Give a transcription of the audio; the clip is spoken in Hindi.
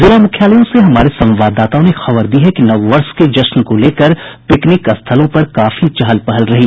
जिला मुख्यालयों से हमारे संवाददाताओं ने खबर दी है कि नववर्ष के जश्न को लेकर पिकनिक स्थलों पर काफी चहल पहल रही